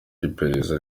iperereza